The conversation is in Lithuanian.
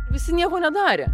visi nieko nedarė